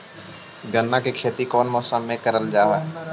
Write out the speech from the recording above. गन्ना के खेती कोउन मौसम मे करल जा हई?